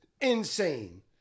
insane